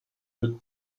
mit